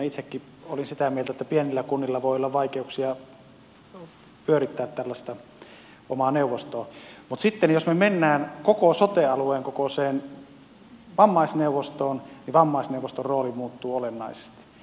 itsekin olen sitä mieltä että pienillä kunnilla voi olla vaikeuksia pyörittää tällaista omaa neuvostoa mutta sitten jos me menemme koko sote alueen kokoiseen vammaisneuvostoon vammaisneuvoston rooli muuttuu olennaisesti